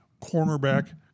cornerback